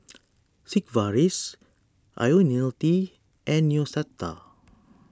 Sigvaris Ionil T and Neostrata